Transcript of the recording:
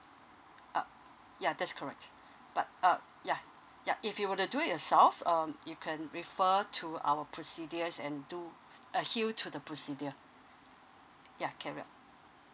uh ya that's correct but uh yeah yup if you were to do it yourself um you can refer to our procedures and do adhere to the procedure ya